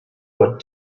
what